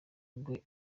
rwe